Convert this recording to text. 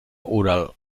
oral